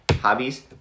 Hobbies